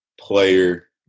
player